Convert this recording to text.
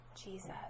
Jesus